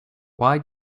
why